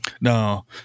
No